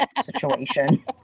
situation